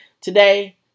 today